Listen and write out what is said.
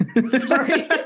Sorry